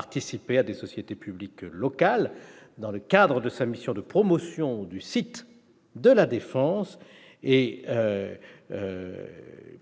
de participer à des sociétés publiques locales dans le cadre de sa mission de promotion du site de la Défense et